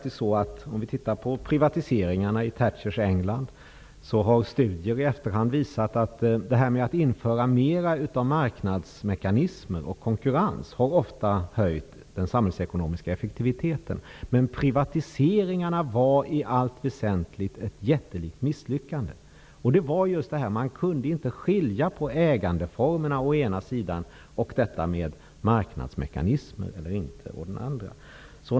Se på privatiseringarna i Thatchers England. Studier i efterhand har visat att införandet av mera marknadsmekanismer och konkurrens ofta har höjt den samhällsekonomiska effektiviteten. Men privatiseringarna var i allt väsentligt ett jättelikt misslyckande. Det gick inte att skilja på å ena sidan ägandeformerna och å andra sidan marknadsmekanismerna.